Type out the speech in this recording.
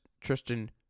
Tristan